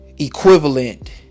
equivalent